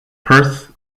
perth